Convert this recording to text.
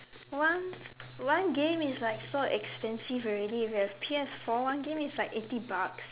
one one game is like so expensive already if you have P_S four one game is like eighty bucks